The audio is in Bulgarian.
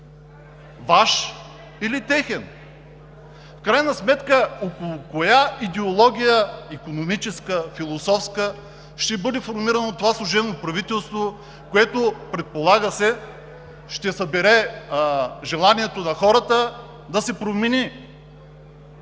Ваш или техен? В крайна сметка около коя идеология – икономическа, философска, ще бъде формирано това служебно правителство, което, предполага се, ще събере желанието на хората да се промени